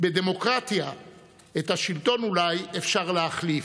בדמוקרטיה את השלטון אולי אפשר להחליף,